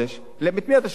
למה, את מי אתה שולח ללמוד?